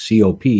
COP